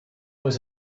was